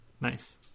Nice